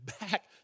back